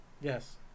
Yes